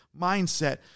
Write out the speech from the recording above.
mindset